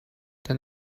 than